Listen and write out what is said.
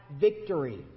victory